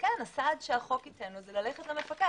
הסעד שהחוק ייתן לו זה ללכת למפקח.